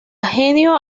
genio